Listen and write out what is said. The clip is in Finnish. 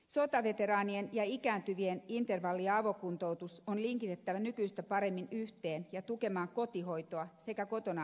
sotaveteraanien ja ikääntyvien intervalli ja avokuntoutus on linkitettävä nykyistä paremmin yhteen ja tukemaan kotihoitoa sekä kotona asumista